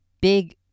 big